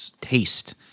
Taste